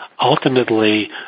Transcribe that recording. ultimately